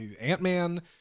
Ant-Man